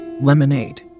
Lemonade